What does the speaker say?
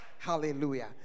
hallelujah